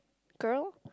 girl